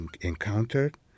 encountered